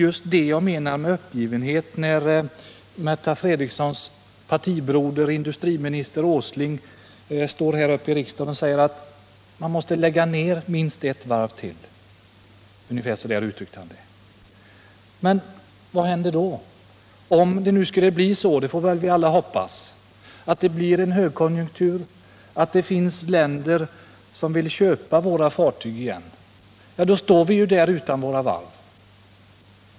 Vad jag menade med uppgivenhet är när Märta Fredriksons partibroder industriminister Åsling står här i riksdagen och säger att vi måste lägga ned minst ett varv till. Han uttryckte sig ungefär så. Men vad händer då? Om vi sedan får en ny högkonjunktur — som vi alla hoppas — och andra länder då vill köpa våra fartyg igen, så står vi ju där utan några varv!